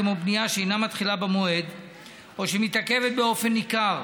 כמו בנייה שאינה מתחילה במועד או שמתעכבת באופן ניכר,